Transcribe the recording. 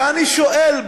ואני שואל,